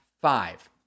five